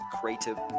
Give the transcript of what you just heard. creative